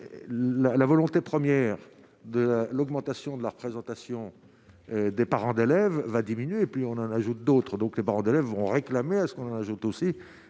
la volonté première de l'augmentation de la représentation des parents d'élèves va diminuer et puis on en ajoute d'autres, donc les parents d'élèves vont réclamer à ce qu'on ajoute aussi.